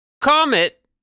comet